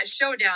showdown